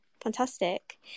Fantastic